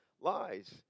Lies